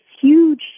huge